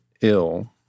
ill